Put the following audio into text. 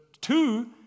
two